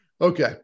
okay